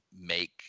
make